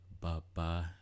Bye-bye